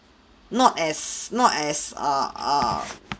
not as not as err err